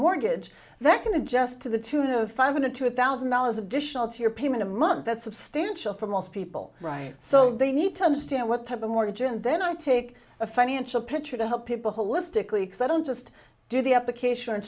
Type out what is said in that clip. mortgage that can adjust to the tune of five hundred to one thousand dollars additional to your payment a month that's substantial for most people right so they need to understand what type of mortgage and then i take a financial picture to help people holistically settle just do the application o